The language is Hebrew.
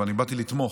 אבל אני באתי לתמוך.